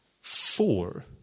four